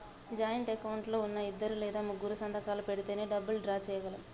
joint account లో ఉన్నా ఇద్దరు లేదా ముగ్గురూ సంతకాలు పెడితేనే డబ్బులు డ్రా చేయగలం